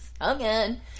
again